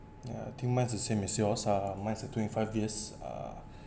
ya two months is same as yours uh mine is uh twenty five years uh